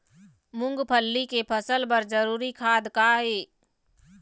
मूंगफली के फसल बर जरूरी खाद का ये?